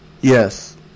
Yes